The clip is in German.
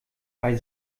bei